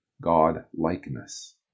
God-likeness